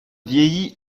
vieillit